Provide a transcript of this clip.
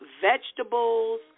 vegetables